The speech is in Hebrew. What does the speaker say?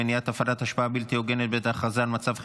מניעת הפעלת השפעה בלתי הוגנת בעת הכרזה על מצב חירום),